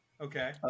Okay